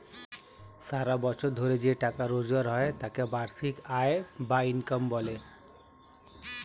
সারা বছর ধরে যে টাকা রোজগার হয় তাকে বার্ষিক আয় বা ইনকাম বলে